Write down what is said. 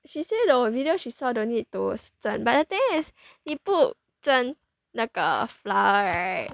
she say the the video she saw don't need to 蒸 but the thing is he put 蒸那个 flour right